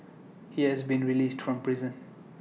he has been released from prison